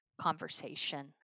conversation